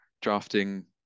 drafting